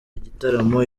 igitaramo